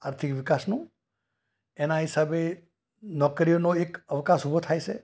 આર્થિક વિકાસનું એના હિસાબે નોકરીઓનો એક અવકાશ ઊભો થાય છે